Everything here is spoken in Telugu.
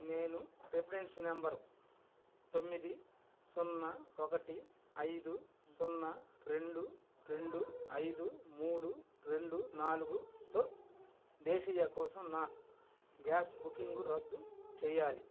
నేను రిఫరెన్స్ నంబర్ తొమ్మిది సున్నా ఒకటి ఐదు సున్నా రెండు రెండు ఐదు మూడు రెండు నాలుగుతో దేశీయ కోసం నా గ్యాస్ బుకింగ్ రద్దు చెయ్యాలి